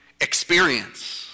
experience